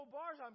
bars